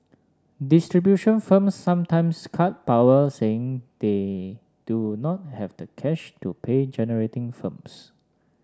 distribution firms sometimes cut power saying they do not have the cash to pay generating firms